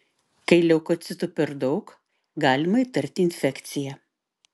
kai leukocitų per daug galima įtarti infekciją